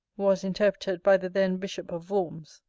was interpreted by the then bishop of worms.